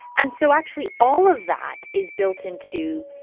and so actually all of that is built into,